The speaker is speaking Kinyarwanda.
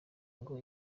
ngo